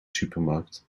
supermarkt